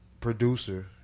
producer